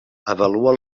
avalua